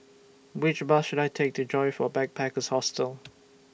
Which Bus should I Take to Joyfor Backpackers' Hostel